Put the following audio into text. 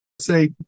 say